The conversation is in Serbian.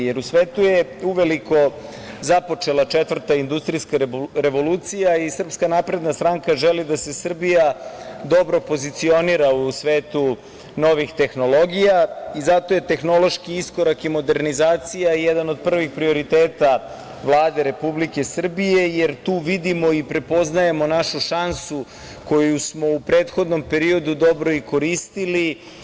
U svetu je uveliko započela četvrta industrijska revolucija i SNS želi da se Srbija dobro pozicionira u svetu novih tehnologija i zato je tehnološki iskorak i modernizacija jedan od prvih prioriteta Vlade Republike Srbije, jer tu vidimo i prepoznajemo našu šansu koju smo u prethodnom periodu dobro i koristili.